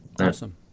Awesome